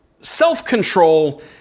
self-control